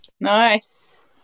Nice